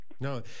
No